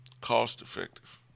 cost-effective